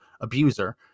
abuser